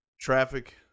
Traffic